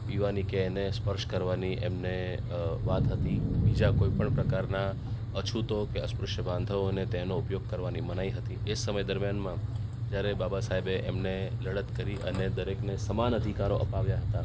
પીવાની કે એને સ્પર્શ કરવાની એમને વાત હતી બીજા કોઈ પણ પ્રકારના અછુતો કે અસ્પૃશ્ય વાંધાઓને તેમનો ઉપયોગ કરવાની મનાઈ હતી તે એ સમય દરમિયાનમાં જયારે બાબા સાહેબે એમને લડત કરી અને દરેકને સમાન અધિકારો અપાવ્યા હતા